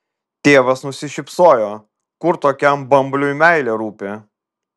tėvas nusišypsojo kur tokiam bambliui meilė rūpi